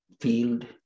field